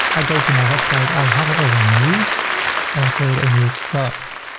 i go to my website, i hover over new and i create a new product.